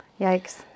Yikes